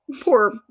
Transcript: poor